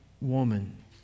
woman